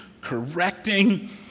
correcting